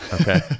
Okay